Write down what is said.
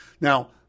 Now